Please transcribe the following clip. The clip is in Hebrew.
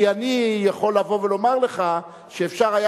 כי אני יכול לבוא ולומר לך שאפשר היה